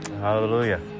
hallelujah